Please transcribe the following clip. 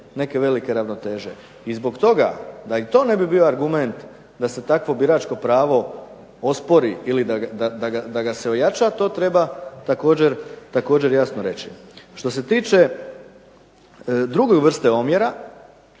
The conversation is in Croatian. neke velike ravnoteže. I zbog toga, da i to ne bi bio argument da se takvo biračko pravo ospori ili da ga se ojača, to treba također jasno reći. Što se tiče druge vrste omjera,